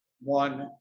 one